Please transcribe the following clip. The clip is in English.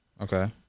Okay